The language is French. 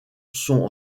sont